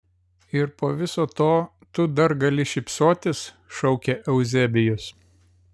ir po viso to tu dar gali šypsotis šaukė euzebijus